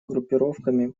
группировками